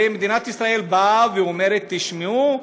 ומדינת ישראל באה ואומרת: תשמעו,